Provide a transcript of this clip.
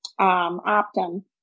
Optum